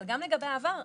אבל גם לגבי העבר,